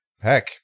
heck